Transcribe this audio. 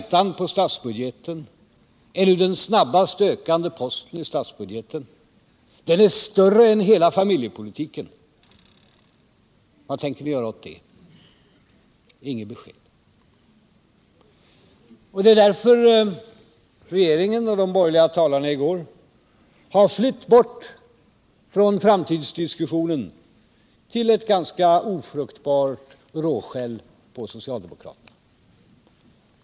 Räntan på statsbudgeten är nu den snabbast ökande posten i statsbudgeten — den är större än kostnaderna för hela familjepolitiken. Vad tänker ni göra åt detta? Inga besked. Det är därför regeringen flyr från framtidsdiskussionen till ett ganska ofruktbart råskäll på socialdemokraterna.